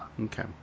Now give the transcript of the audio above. Okay